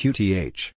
Qth